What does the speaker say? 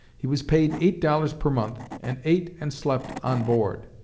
he was paid eight dollars per month, and ate and slept on board.